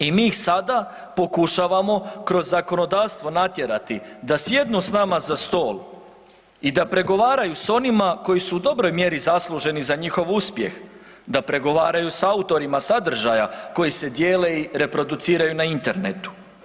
I mi ih sada pokušavamo kroz zakonodavstvo natjerati da sjednu s nama za stol i da pregovaraju s onima koji su u dobroj mjeri zasluženi za njihov uspjeh, da pregovaraju s autorima sadržaja koji se dijele i reproduciraju na internetu.